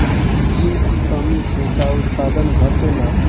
Zinc की कमी से का उत्पादन घटेला?